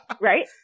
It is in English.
Right